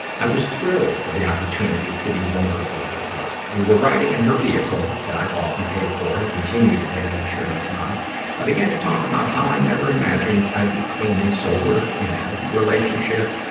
i was thrilled for the opportunity to be vulnerable with her. we were riding in her vehicle that i bought and paid for and continue to pay the insurance on i began to talk about how i never imagined i'd be clean and sober, in a healthy relationship,